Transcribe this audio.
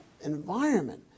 environment